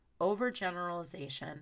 overgeneralization